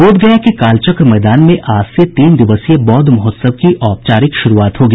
बोधगया के कालचक्र मैदान में आज से तीन दिवसीय बौद्ध महोत्सव की औपचारिक शुरूआत होगी